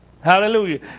Hallelujah